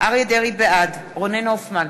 בעד רונן הופמן,